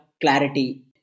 clarity